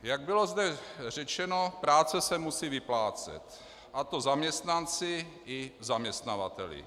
Jak zde bylo řečeno, práce se musí vyplácet, a to zaměstnanci i zaměstnavateli.